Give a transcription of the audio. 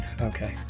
Okay